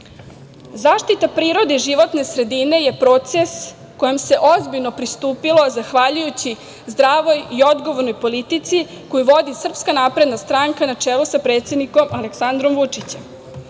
prirode životne sredine je proces kojem se ozbiljno pristupilo zahvaljujući zdravoj i odgovornoj politici koju vodi SNS na čelu sa predsednikom Aleksandrom Vučićem.